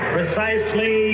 Precisely